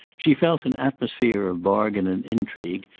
she felt an atmosphere of bargain and intrigue,